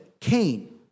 Cain